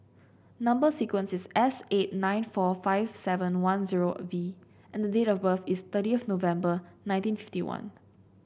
number sequence is S eight nine four five seven one zero V and the date of birth is thirtieth November nineteen fifty one